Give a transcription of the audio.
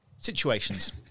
Situations